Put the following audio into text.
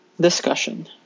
Discussion